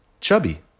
chubby